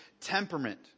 temperament